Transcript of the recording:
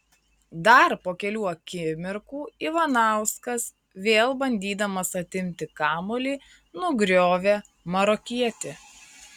dar po kelių akimirkų ivanauskas vėl bandydamas atimti kamuolį nugriovė marokietį